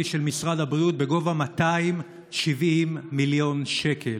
במשרד הבריאות בגובה 270 מיליון שקל.